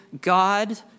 God